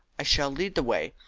i shall lead the way,